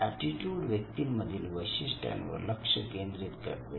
aptitude व्यक्तीमधील वैशिष्ट्यांवर लक्ष केंद्रित करते